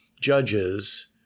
judges